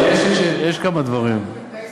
יש כמה דברים.